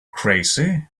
crazy